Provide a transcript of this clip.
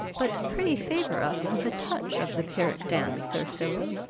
but pray favour us with a touch of the pyrrhic dance, sir philip.